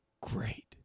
Great